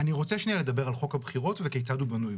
אני רוצה שנייה לדבר על חוק הבחירות וכיצד הוא בנוי,